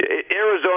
Arizona